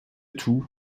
tout